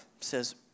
says